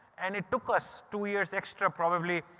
and it took us two years extra, probably,